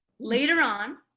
later on,